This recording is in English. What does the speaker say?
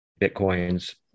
Bitcoins